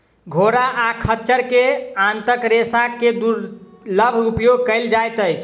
घोड़ा आ खच्चर के आंतक रेशा के दुर्लभ उपयोग कयल जाइत अछि